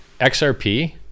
XRP